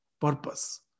purpose